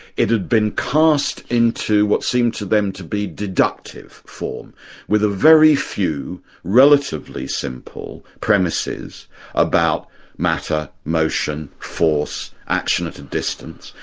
it had been cast into what seemed to them to be deductive form with a very few relatively simple premises about matter, motion, force, force, action at a distance,